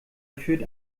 führt